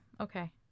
Okay